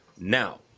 Now